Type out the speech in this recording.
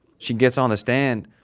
she gets on the stand